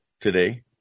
today